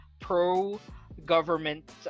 pro-government